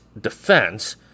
defense